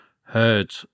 heard